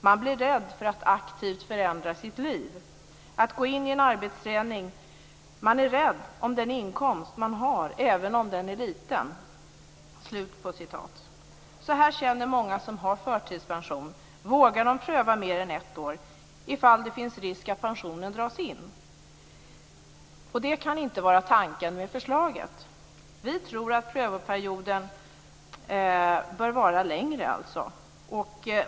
Man blir rädd för att aktivt förändra sitt liv, att gå in i en arbetsträning. Man är rädd om den inkomst man har, även om den är liten." Så här känner många som har förtidspension. Vågar de pröva mer än ett år om det finns risk att pensionen dras in? Det kan inte vara tanken med förslaget. Vi tror att prövoperioden bör vara längre.